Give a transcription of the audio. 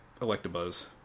Electabuzz